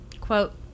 quote